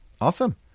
Awesome